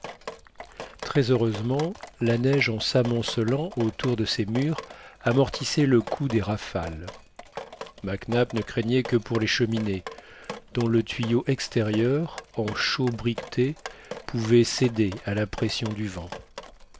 très heureusement la neige en s'amoncelant autour de ses murs amortissait le coup des rafales mac nap ne craignait que pour les cheminées dont le tuyau extérieur en chaux briquetée pouvait céder à la pression du vent